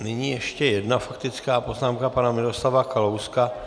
Nyní ještě jedna faktická poznámka pana Miroslava Kalouska.